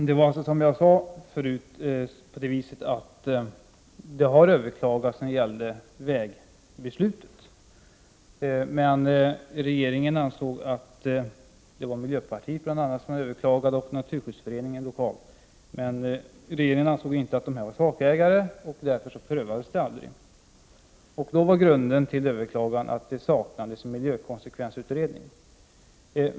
Herr talman! Ärendet har överklagats i fråga om vägbeslutet — det var bl.a. miljöpartiet och den lokala naturskyddsföreningen som hade överklagat. Men regeringen ansåg inte att de var sakägare, och därför prövades ärendet aldrig. Grunden för överklagandet var då att det saknades en miljökonsekvensutredning.